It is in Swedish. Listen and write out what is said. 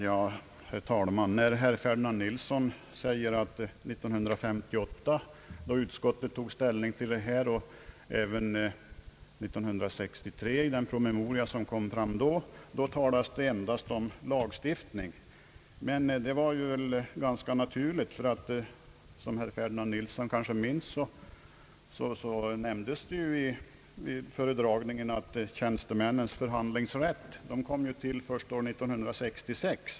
Herr talman! Herr Ferdinand Nilsson säger att det endast talades om lagstiftning 1958, då utskottet tog ställning till denna sak, och i den promemoria som framlades 1963. Men det var ganska naturligt, ty som herr Ferdinand Nilsson kanske minns nämndes det vid föredragningen, att tjänstemännens förhandlingsrätt tillkom först år 1966.